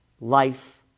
life